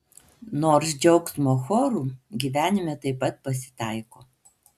nors džiaugsmo chorų gyvenime taip pat pasitaiko